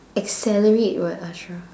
accelerate what ashra